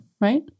Right